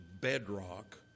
bedrock